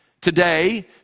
Today